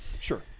sure